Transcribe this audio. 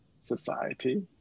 society